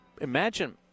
imagine